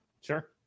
Sure